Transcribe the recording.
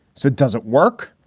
so it doesn't work.